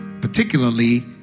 particularly